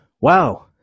wow